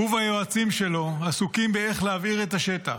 הוא והיועצים שלו עסוקים איך להבעיר את השטח,